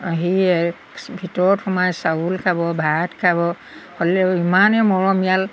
সি ভিতৰত সোমাই চাউল খাব ভাত খাব হ'লেও ইমানে মৰমীয়াল